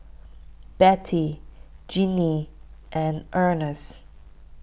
Bette Jinnie and Ernst